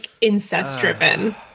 incest-driven